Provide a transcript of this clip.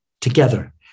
together